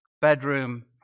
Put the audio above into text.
bedroom